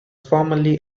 formerly